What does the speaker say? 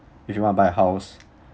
if you want to buy house